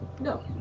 no